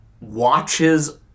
watches